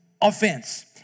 Offense